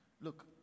Look